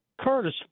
Curtis